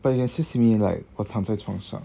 but you can still see me like 我躺在床上